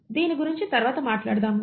దీని గురించి తరువాత మాట్లాడదాము